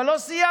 אבל לא סיימתי,